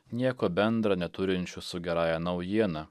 nieko bendra neturinčių su gerąja naujiena